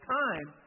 time